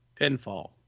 Pinfall